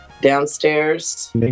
downstairs